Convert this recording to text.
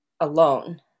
alone